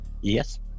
yes